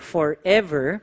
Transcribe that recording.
Forever